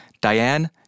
Diane